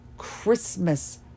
Christmas